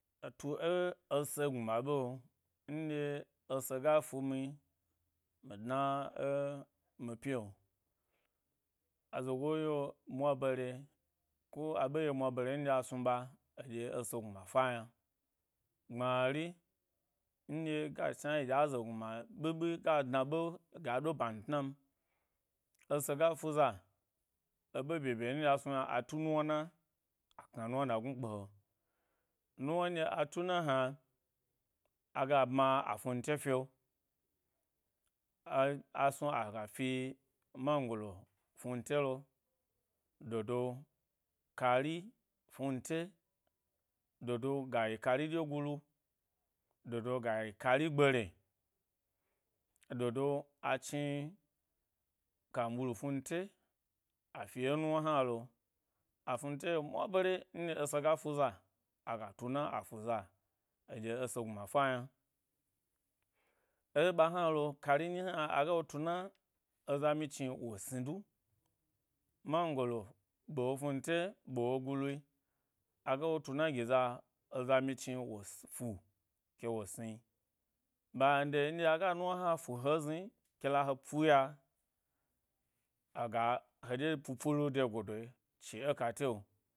Tu e ese gmma ɓe, nɗye ese ga fumin mi dna e-mi pi’o, azogo yi’o mwa bare, ko a ɓe yi’o mwabne, aɗye ese gmma fa ynai gbmari, nɗye ga chna yi ɗye aze gnaw ɓiɓi ga dna ɓe ga ɗo ban tnan, ese ga fu za, eɓe bye bye nyi nɗye a snu yna, atu nuwna na, a kna nuwna nagnu kpe he, nuwna nɗye a tun hna, aga bma a fnu nte fi’o a, a snu aga fi mangolo a fnuntelo, dodo, kari fnunte, dodo gayi kari ɗye gulu dodo, gayi kari gbere, dodo, achni kamɓu lu fnunte, afi e nuwna hna lo a fnuate yi’o mwa bane, nɗye ese ga fuza, agatuna a fuza dye ese gnuma fa yna. Eɓa hnalo kari nyi hna agawo tuna eza myi chni wo sni du, mangolo be wo fnunte, ɓe wo guhe, aga wo tuna giza eza myi chni wo si, wo fu, ke wo sni, b nde nɗye aga nuwna hna fu he ‘zni kela he pu ya, aga hedye pu pulu de godoyi chi ekate’o.